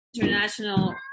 International